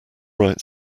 right